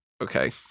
okay